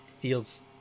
feels